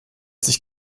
sich